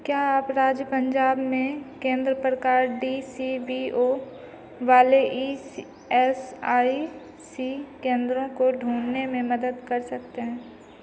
क्या आप राज्य पंजाब में केंद्र प्रकार डी सी बी ओ वाले ई एस आई सी केंद्र को ढूँढने में मदद कर सकते हैं